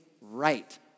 right